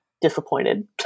disappointed